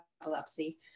epilepsy